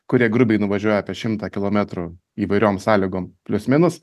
kurie grubiai nuvažiuoja apie šimtą kilometrų įvairiom sąlygom plius minus